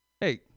Hey